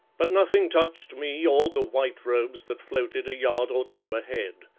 but nothing touched me or the white robes that floated a yard or two ahead.